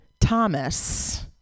Thomas